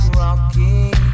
rocking